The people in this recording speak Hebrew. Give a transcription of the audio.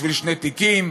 בשביל שני תיקים?